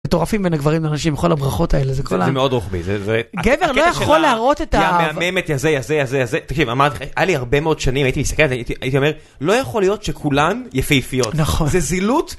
מטורפים בין הגברים לאנשים, כל הברכות האלה, זה כולם. זה מאוד רוחבי, זה... גבר לא יכול להראות את האהבה. היא מהממת יזה יזה יזה יזה, תקשיב, אמרתי לך, היה לי הרבה מאוד שנים, הייתי מסתכל על זה, הייתי אומר, לא יכול להיות שכולם יפי יפיות, זה זילות.